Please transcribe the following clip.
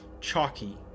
chalky